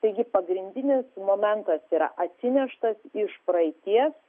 taigi pagrindinis momentas yra atsineštas iš praeities